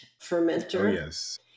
fermenter